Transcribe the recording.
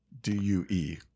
d-u-e